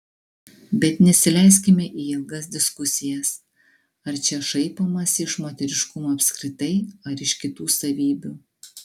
bet nesileiskime į ilgas diskusijas ar čia šaipomasi iš moteriškumo apskritai ar iš kitų savybių